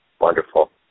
Wonderful